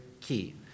key